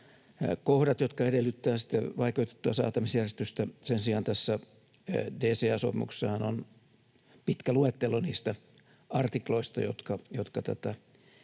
kohdat, jotka edellyttävät sitten vaikeutettua säätämisjärjestystä. Sen sijaan tässä DCA-sopimuksessahan on pitkä luettelo niistä artikloista, jotka